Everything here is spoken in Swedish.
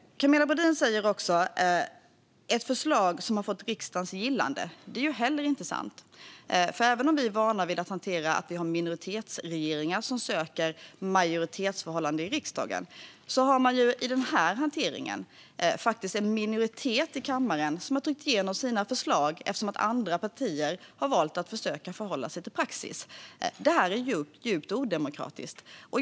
Camilla Brodin säger: Ett förslag som har fått riksdagens gillande. Det är heller inte sagt. Även om vi har vana vid att hantera att vi har minoritetsregeringar som söker majoritetsförhållande i riksdagen har man i den här hanteringen en minoritet i kammaren som har tryckt igenom sina förslag eftersom andra partier har försökt att hålla sig till praxis. Det är djupt odemokratiskt.